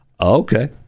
okay